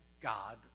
God